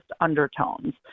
undertones